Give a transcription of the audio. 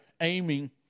aiming